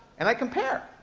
and i compare.